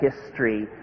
history